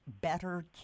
better